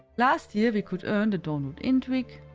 last year we could earn the dawnwood indrik,